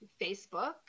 Facebook